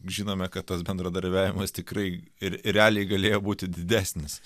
žinome kad tas bendradarbiavimas tikrai ir realiai galėjo būti didesnis